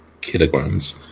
kilograms